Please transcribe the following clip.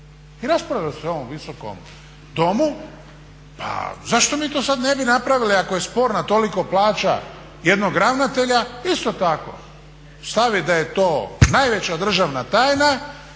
i raspravljali smo u ovom Visokom domu. Pa zašto mi to sad ne bi napravili ako je sporna toliko plaća jednog ravnatelja isto tako stavit da je to najveća državna tajna,